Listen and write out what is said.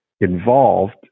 involved